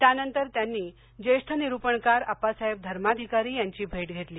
त्यानंतर त्यांनी ज्येष्ठ निरूपणकार आप्पासाहेब धर्माधिकारी यांची भेट घेतली